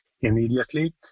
immediately